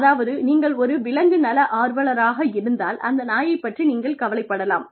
அதாவது நீங்கள் ஒரு விலங்கு நல ஆர்வலராக இருந்தால் அந்த நாயைப் பற்றி நீங்கள் கவலைப்படலாம்